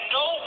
no